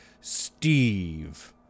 Steve